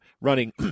running